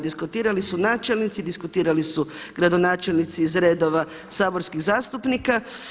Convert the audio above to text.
Diskutirali su načelnici, diskutirali su gradonačelnici iz redova saborskih zastupnika.